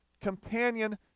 companion